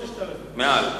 6,000. מעל.